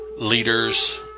leaders